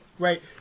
Right